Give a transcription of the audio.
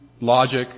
logic